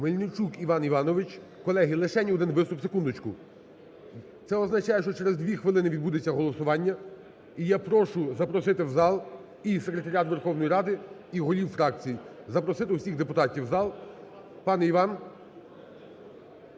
Мельничук Іван Іванович. Колеги, лишень один виступ, секундочку… Це означає, що через дві хвилини відбудеться голосування, і я прошу запросити в зал і секретаріат Верховної Ради, і голів фракцій, запросити усіх депутатів в зал. Пане Іван,